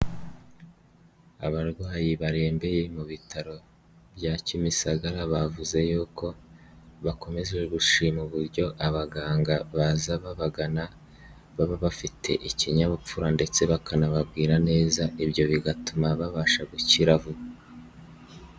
Abarwayi barembeye mu bitaro bya Kimisagara bavuze yuko bakomeje gushima uburyo abaganga baza babagana baba bafite ikinyabupfura ndetse bakanababwira neza ibyo bigatuma babasha gukira vuba.